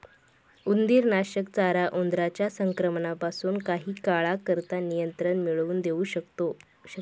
उंदीरनाशक चारा उंदरांच्या संक्रमणापासून काही काळाकरता नियंत्रण मिळवून देऊ शकते